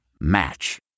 Match